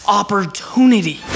opportunity